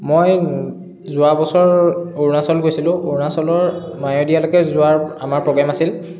মই যোৱা বছৰ অৰুণাচল গৈছিলো অৰুণাচলৰ মায়'ডিয়ালৈকে যোৱাৰ আমাৰ প্ৰগ্ৰেম আছিল